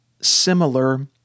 similar